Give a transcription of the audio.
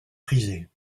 prisés